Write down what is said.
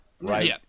right